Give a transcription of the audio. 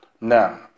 Now